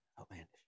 outlandish